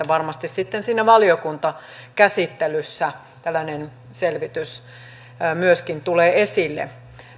varmasti sitten siinä valiokuntakäsittelyssä tällainen selvitys myöskin tulee esille